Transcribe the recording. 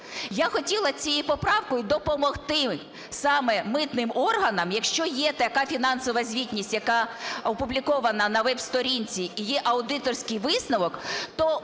Я хотіла цією поправкою допомогти саме митним органам, якщо є така фінансова звітність, яка опублікована на веб-сторінці і є аудиторський висновок,